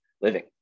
living